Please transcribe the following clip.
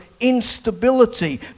instability